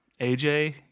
AJ